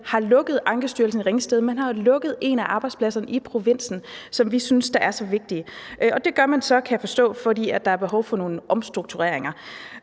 har lukket Ankestyrelsen i Ringsted. Man har jo lukket en af arbejdspladserne i provinsen, som vi synes er så vigtig. Det gør man så, kan jeg forstå, fordi der er behov for nogle omstruktureringer.